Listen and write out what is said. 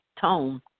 tone